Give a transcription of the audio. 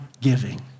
giving